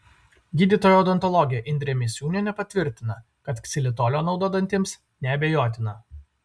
gydytoja odontologė indrė misiūnienė patvirtina kad ksilitolio nauda dantims neabejotina